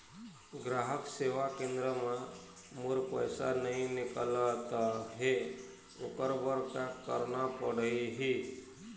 ग्राहक सेवा केंद्र म मोर पैसा नई निकलत हे, ओकर बर का करना पढ़हि?